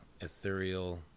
ethereal